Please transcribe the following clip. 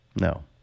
No